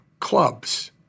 clubs